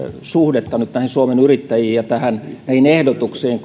suhdetta nyt suomen yrittäjiin ja näihin ehdotuksiin